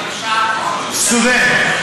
125, סטודנט?